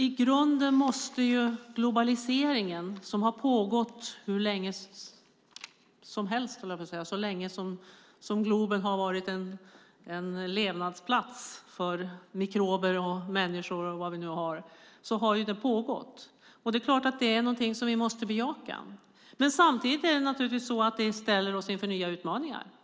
I grunden har vi globaliseringen, som har pågått hur länge som helst - så länge som globen har varit en levnadsplats för mikrober, människor och vad vi nu har. Det är någonting som vi måste bejaka. Samtidigt ställer det oss inför nya utmaningar.